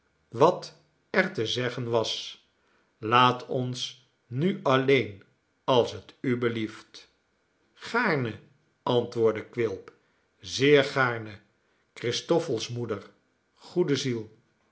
wat er te zeggen was laat ons nu alleen als t u belieft gaarne antwoordde quilp zeer gaarne christoffel's moeder goede ziel